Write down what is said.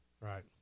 Right